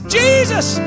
jesus